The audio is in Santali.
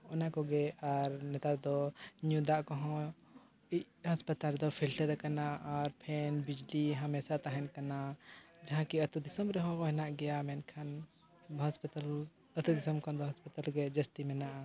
ᱚᱱᱟ ᱠᱚᱜᱮ ᱟᱨ ᱱᱮᱛᱟᱨ ᱫᱚ ᱧᱩ ᱫᱟᱜ ᱠᱚᱦᱚᱸ ᱦᱟᱥᱯᱟᱛᱟᱞ ᱫᱚ ᱟᱠᱟᱱᱟ ᱟᱨ ᱵᱤᱡᱽᱞᱤ ᱦᱟᱢᱮᱥᱟ ᱛᱟᱦᱮᱱ ᱠᱟᱱᱟ ᱡᱟᱦᱟᱸ ᱠᱤ ᱟᱛᱳᱼᱫᱤᱥᱚᱢ ᱨᱮᱦᱚᱸ ᱦᱮᱱᱟᱜ ᱜᱮᱭᱟ ᱢᱮᱱᱠᱷᱟᱱ ᱦᱟᱥᱯᱟᱛᱟᱞ ᱟᱛᱳᱼᱫᱤᱥᱚᱢ ᱠᱷᱚᱱ ᱫᱚ ᱦᱟᱥᱯᱟᱛᱟᱞ ᱨᱮᱜᱮ ᱡᱟᱹᱥᱛᱤ ᱢᱮᱱᱟᱜᱼᱟ